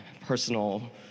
personal